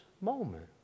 moment